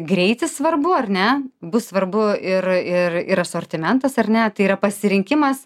greitis svarbu ar ne bus svarbu ir ir ir asortimentas ar ne tai yra pasirinkimas